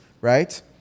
right